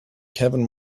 kevin